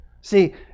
See